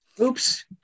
oops